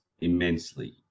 immensely